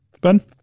Ben